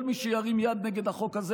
כל מי שירים יד נגד החוק הזה,